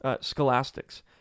scholastics